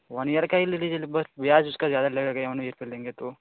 one year का ही ले लीजिए बस ब्याज उसका ज़्यादा लगेगा वन ईयर पर लेंगे तो